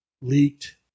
leaked